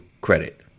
credit